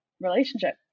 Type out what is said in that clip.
relationship